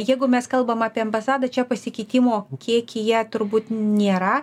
jeigu mes kalbam apie ambasadą čia pasikeitimo kiekyje turbūt nėra